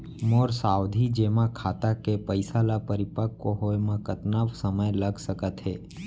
मोर सावधि जेमा खाता के पइसा ल परिपक्व होये म कतना समय लग सकत हे?